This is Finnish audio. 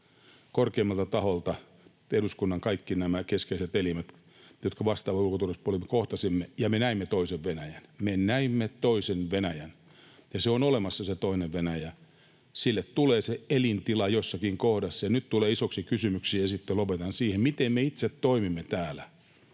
korkeimmalta taholta eduskunnan kaikki nämä keskeiset elimet, jotka vastaavat ulko- ja turvallisuuspolitiikasta, kohtasimme ja näimme toisen Venäjän — me näimme toisen Venäjän. Se on olemassa, se toinen Venäjä. Sille tulee elintila jossakin kohdassa. Ja nyt tulee isoksi kysymykseksi — ja sitten lopetan siihen — se, miten me itse toimimme täällä.